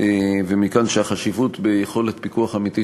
ומכאן שהחשיבות של יכולת פיקוח אמיתית